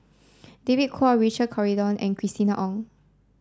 David Kwo Richard Corridon and Christina Ong